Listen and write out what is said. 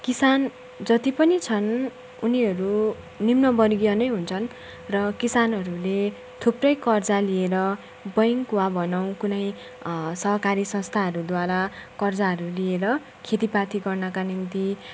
किसान जति पनि छन् उनीहरू निम्नवर्गीय नै हुन्छन् र किसानहरूले थुप्रै कर्जा लिएर ब्याङ्क वा भनौँ कुनै सहकारी संस्थाहरूद्वारा कर्जाहरू लिएर खेतीपाती गर्नका निम्ति